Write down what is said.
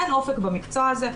אין אופק במקצוע הזה.